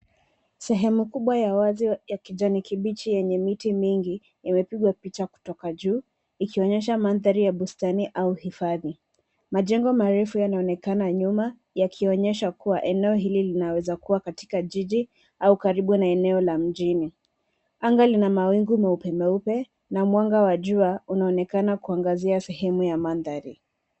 Sehemu kubwa ya wazi ya kijani kibichi yenye miti mingi imepigwa picha kutoka juu ikionyesha mandhari ya bustani au hifadhi. Majengo marefu nanaonekana nyuma yakionyesha kua eneo hili linaweza kua katika jiji au karibu na eneo la mjini. Anga lina mawingu meupe meupe na mwanga wa jua unaonekana kuangazia sehemu ya mandhari.